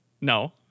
No